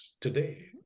today